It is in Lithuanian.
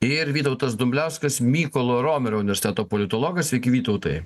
ir vytautas dumbliauskas mykolo romerio universiteto politologas sveiki vytautai